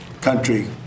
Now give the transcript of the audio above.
country